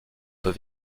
peu